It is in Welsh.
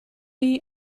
chi